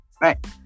Right